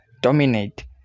dominate